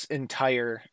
entire